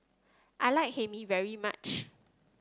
I like Hae Mee very much